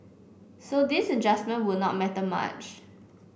so this adjustment would not matter much